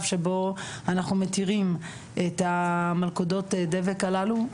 שבו אנחנו מתירים את מלכודות הדבק הללו.